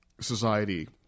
society